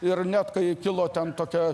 ir net kai kilo ten tokia